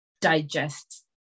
digest